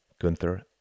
Gunther